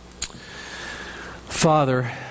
Father